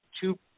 two